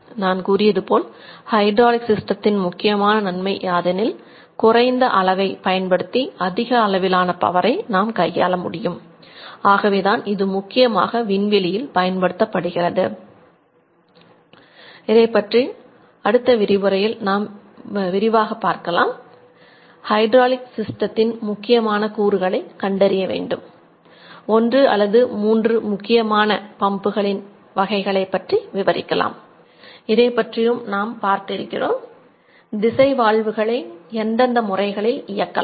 நான் கூறியதுபோல் ஹைட்ராலிக் சிஸ்டத்தின் முக்கியமான நன்மை யாதெனில் குறைந்த அளவை எந்தெந்த முறைகளில் இயக்கலாம்